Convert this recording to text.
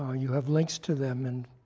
ah you have links to them and